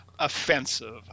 offensive